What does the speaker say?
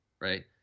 right